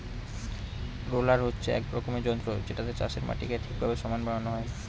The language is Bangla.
রোলার হচ্ছে এক রকমের যন্ত্র যেটাতে চাষের মাটিকে ঠিকভাবে সমান বানানো হয়